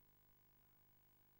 הפך להיות תופעה.